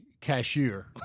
cashier